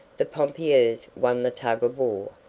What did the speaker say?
the pompiers won the tug of war,